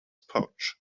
pouch